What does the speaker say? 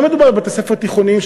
לא מדובר בבתי-ספר תיכוניים,